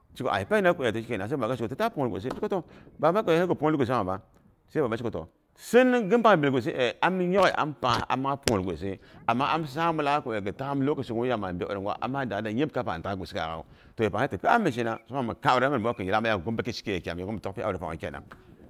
Toh ai pene? Ku eh tok ti sheko tate punghulung baba ko eh sinniu ghm bak pungwul sim? Ku eh, am am pangha yok she ama pungwul gwisi. Ama am samu la ku eh ta'ghm lokashi ngwuya ma bi aure ngwa amma dang da yemi kaya. pang da dak'gh gwisi gak panghawu. Toh yepay he ti tok'gha mi shena. Toh sukpang mi kaan aurena min ɓe ci yepang mi tok'gha mi bakin ciki kyaam, to yanda ngu mi tukpyok aure panghu kenan.